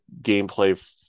gameplay